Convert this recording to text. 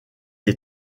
est